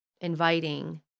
inviting